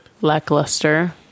lackluster